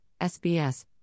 SBS